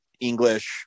English